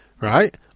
right